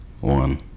one